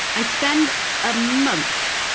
i spend a month,